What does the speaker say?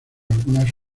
algunas